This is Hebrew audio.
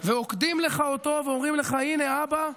ועוקדים לך אותו ואומרים לך: הינה, אבא,